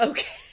Okay